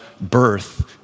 birth